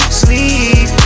sleep